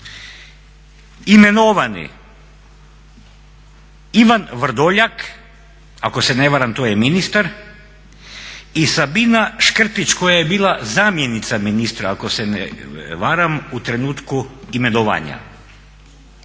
imenovani Ivan Vrdoljak, ako se ne varam to je ministar i Sabina Škrtić koja je bila zamjenica ministra ako se ne varam u trenutku imenovanja.